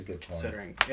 considering